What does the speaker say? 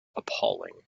appalling